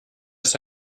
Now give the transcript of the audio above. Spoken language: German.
ist